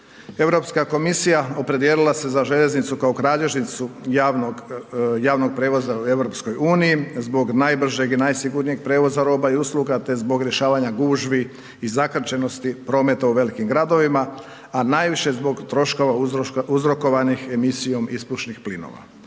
Europska komisija opredijelila se za željeznicu kao kralježnicu javnog prijevoza u EU, zbog najbržeg i najsigurnijeg prijevoza roba i usluga, te zbog rješavanja gužvi i zakrčenosti prometa u velikim gradovima, a najviše zbog troškova uzrokovanih emisijom ispušnih plinova.